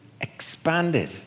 expanded